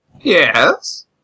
Yes